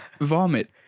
vomit